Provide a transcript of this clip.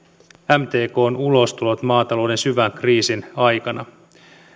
mtkn ulostulot maatalouden syvän kriisin aikana